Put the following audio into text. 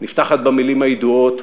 נפתחת במילים הידועות,